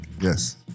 Yes